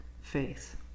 faith